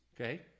Okay